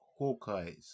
hawkeyes